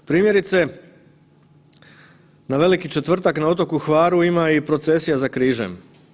Primjerice, na veliki četvrtak na otoku Hvaru ima i procesija za križem.